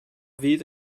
fydd